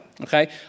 okay